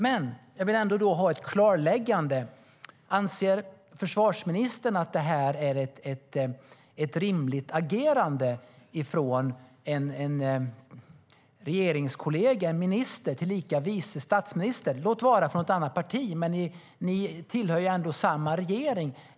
Men jag vill ändå ha ett klarläggande: Anser försvarsministern att detta är ett rimligt agerande av en regeringskollega, en minister, tillika vice statsminister? Låt vara att hon är från ett annat parti, men ni tillhör ändå samma regering.